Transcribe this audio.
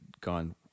gone